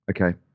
Okay